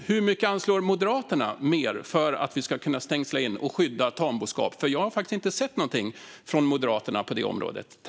Hur mycket mer anslår Moderaterna för att vi ska kunna stängsla in och skydda tamboskap? Jag har faktiskt inte sett någonting från Moderaterna på det området.